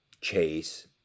Chase